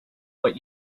what